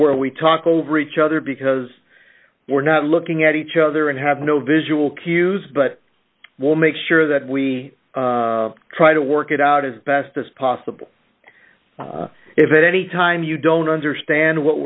where we talk over each other because we're not looking at each other and have no visual cues but we'll make sure that we try to work it out as best as possible if at any time you don't understand what